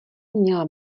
měla